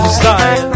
style